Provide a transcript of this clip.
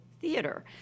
Theater